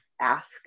ask